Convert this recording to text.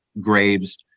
graves